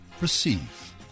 Receive